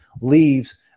leaves